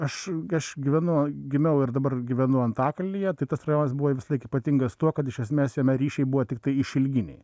aš aš gyvenu gimiau ir dabar gyvenu antakalnyje tai tas rajonas buvo visąlaik ypatingas tuo kad iš esmės jame ryšiai buvo tiktai išilginiai